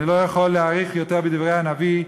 אני לא יכול להאריך יותר בדברי הנביא,